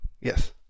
Yes